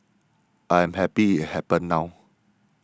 I am happy it happened now